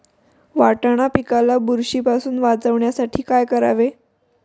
वाटाणा पिकाला बुरशीपासून वाचवण्यासाठी काय करावे?